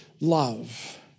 love